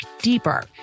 deeper